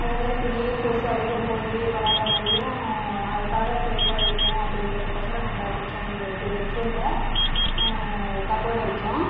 அதே மாதிரி துணிலேயும் கொசு அதிகம் போய் படாத மாதிரியும் அதற்காக சேஃபாக இருக்கும் அப்படிங்குறதுக்கோசறோம் நாங்கள் அது கிச்சனில் இது பெட்ரூமில் கபோர்டு அடித்தோம்